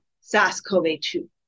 SARS-CoV-2